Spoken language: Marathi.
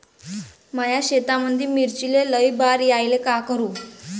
माया शेतामंदी मिर्चीले लई बार यायले का करू?